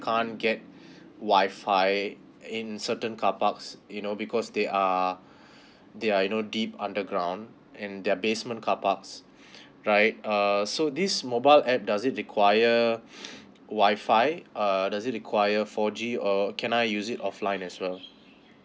can't get W_I_F_I in certain carparks you know because they are they are you know deep underground and they are basement carparks right err so this mobile app doesn't require W_I_F_I err does it require four G or err can I use it offline as well